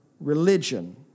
religion